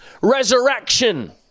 resurrection